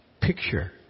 picture